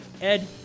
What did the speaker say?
Ed